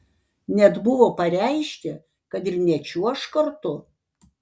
net buvo pareiškę kad ir nečiuoš kartu